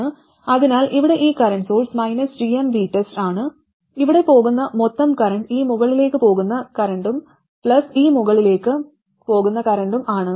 അതിനാൽ ഇവിടെ ഈ കറന്റ് സോഴ്സ് gmVTEST ആണ് ഇവിടെ പോകുന്ന മൊത്തം കറന്റ് ഈ മുകളിലേക്ക് പോകുന്ന കറന്റും പ്ലസ് ഈ മുകളിലേക്ക് പോകുന്ന കറന്റും ആണ്